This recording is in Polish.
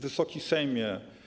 Wysoki Sejmie!